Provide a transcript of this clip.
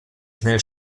schnell